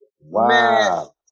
Wow